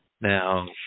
Now